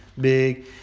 big